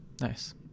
Nice